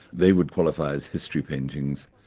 they would qualify as history paintings.